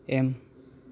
M